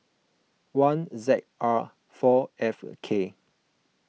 one Z R four F K